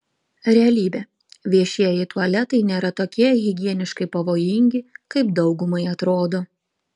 realybė viešieji tualetai nėra tokie higieniškai pavojingi kaip daugumai atrodo